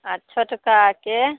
आओर छोटकाके